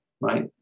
right